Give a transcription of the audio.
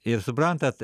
ir suprantat